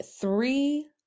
three